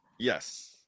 yes